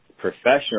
professional